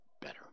better